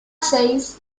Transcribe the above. says